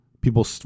people